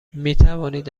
میتوانید